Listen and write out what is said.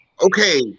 okay